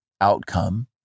outcome